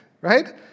right